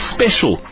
Special